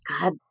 God